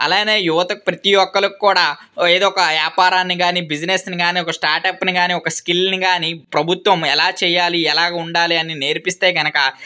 అలాగే యువత ప్రతి ఒక్కరికి కూడా ఏదో ఒక వ్యాపారాన్ని కానీ బిజినెస్ని కానీ ఒక స్టార్ట్అప్ని కానీ ఒక స్కిల్ని కానీ ప్రభుత్వం ఎలా చేయాలి ఎలా ఉండాలి అనేది నేర్పిస్తే కనుక